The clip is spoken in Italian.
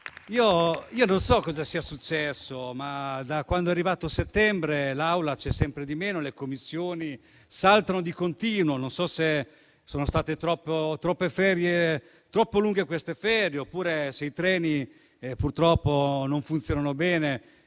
Non so cosa sia successo, ma da quando è arrivato settembre le sedute d'Aula sono sempre di meno e le Commissioni saltano di continuo. Non so se sono state troppo lunghe queste ferie, oppure se i treni purtroppo non funzionano bene